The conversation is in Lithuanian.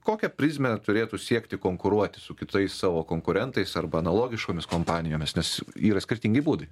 kokią prizmę turėtų siekti konkuruoti su kitais savo konkurentais arba analogiškomis kompanijomis nes yra skirtingi būdai